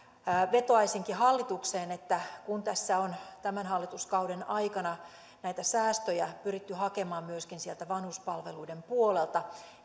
vetoaisinkin hallitukseen että kun tässä on tämän hallituskauden aikana näitä säästöjä pyritty hakemaan myöskin sieltä vanhuspalveluiden puolelta